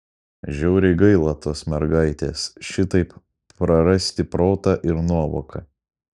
žiauriai gaila tos mergaitės šitaip prarasti protą ir nuovoką